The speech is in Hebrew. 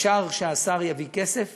אפשר שהשר יביא כסף